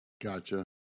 Gotcha